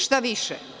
Šta više?